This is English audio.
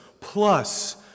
plus